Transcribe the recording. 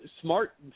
smart